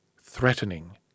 threatening